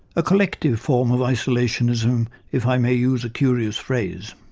a collective form of isolationalism, if i may use a curious phrase'.